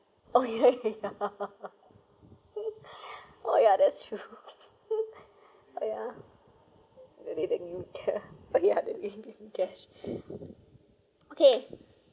oh yeah oh yeah that's true oh ya they they they ya oh ya they gave me cash okay